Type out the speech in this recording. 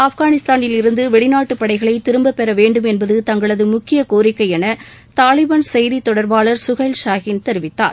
ஆப்கானிஸ்தானில் இருந்து வெளிநாட்டு படைகளை திரும்பப் பெற வேண்டும் என்பது தங்களது முக்கிய கோரிக்கை என தாலிபன் செய்தி தொடர்பாளர் சுகைல் ஷாகீன் தெரிவித்தார்